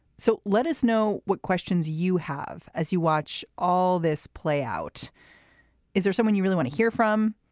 so let us know what questions you have as you watch all this play out is there someone you really want to hear from.